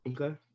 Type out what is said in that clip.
okay